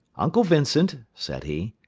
uncle vincent, said he,